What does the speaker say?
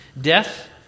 death